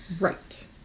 right